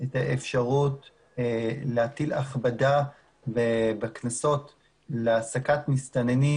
את האפשרות להטיל הכבדה בקנסות על העסקת מסתננים